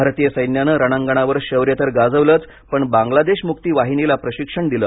भारतीय सैन्यानं रणांगणावर शौर्य तर गाजवलंच पण बांगलादेश मुक्ती वाहिनीला प्रशिक्षणही दिलं